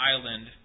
island